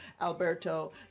Alberto